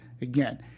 Again